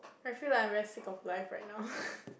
I feel like I'm very sick of life right now